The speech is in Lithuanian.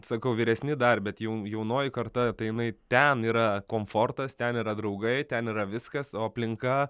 sakau vyresni dar bet jau jaunoji karta tai jinai ten yra komfortas ten yra draugai ten yra viskas o aplinka